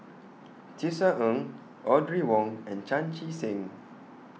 Tisa Ng Audrey Wong and Chan Chee Seng